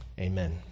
Amen